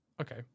okay